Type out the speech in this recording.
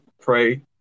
pray